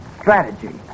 Strategy